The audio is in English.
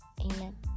amen